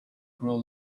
grow